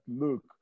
look